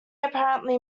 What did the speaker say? apparently